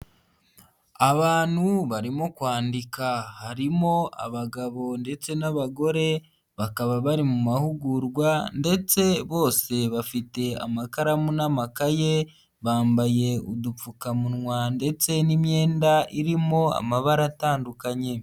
Abantu barimo kwandika, harimo abagabo ndetse n'abagore, bakaba bari mu mahugurwa ndetse bose bafite amakaramu n'amakaye, bambaye udupfukamunwa ndetse n'imyenda irimo amabara atandukanye.